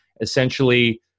essentially